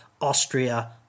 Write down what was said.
Austria